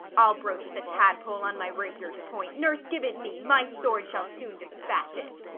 i'll broach the tadpole on my rapier's point. nurse, give it me my sword shall soon dispatch it.